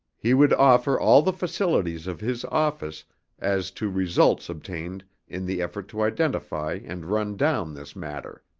he would offer all the facilities of his office as to results obtained in the effort to identify and run down this matter.